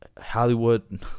Hollywood